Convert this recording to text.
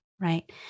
right